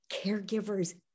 Caregivers